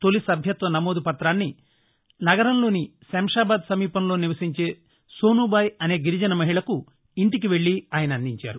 తాలి సభ్యత్వ నమోదు పత్రాన్ని నగరంలోని శంషాబాద్ సమీపంలో నివసించే సోనూబాయి అనే గిరిజన మహిళకు ఇంటికి వెళ్లి ఆయన అందించారు